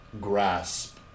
grasp